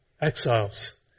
exiles